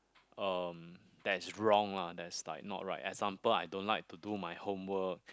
um that's wrong lah that's like not right example I don't like to do my homework